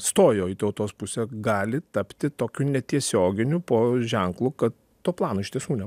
stojo į tautos pusę gali tapti tokiu netiesioginiu po ženklu kad to plano iš tiesų ne